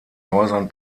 häusern